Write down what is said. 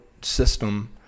system